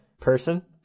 person